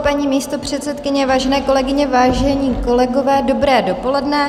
Paní místopředsedkyně, vážené kolegyně, vážení kolegové, dobré dopoledne.